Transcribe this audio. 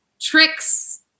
tricks